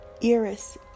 Eris